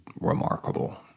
remarkable